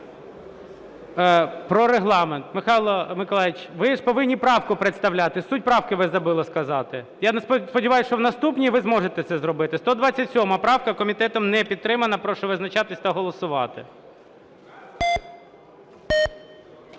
Про Регламент. Михайло Миколайович, ви ж повинні правку представляти. Суть правки ви забули сказати. Я сподіваюсь, що в наступній ви зможете це зробити. 127 правка. Комітетом не підтримана. Прошу визначатись та голосувати.